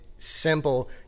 Simple